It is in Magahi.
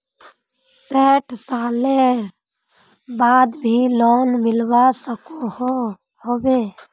सैट सालेर बाद भी लोन मिलवा सकोहो होबे?